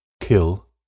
kill